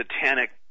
satanic